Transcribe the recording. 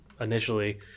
initially